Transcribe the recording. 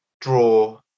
draw